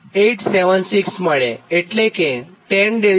એટલે કે tan𝛿𝑅1 0